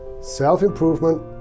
self-improvement